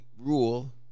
rule